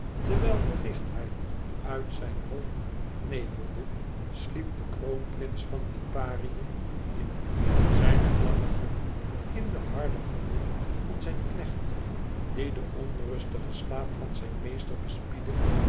terwijl de lichtheid uit zijn hoofd nevelde sliep de kroonprins van liparië in zijne klamme hand in de harde handen van zijn knecht die de onrustige slaap van zijn prinselijken meester